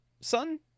son